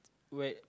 wait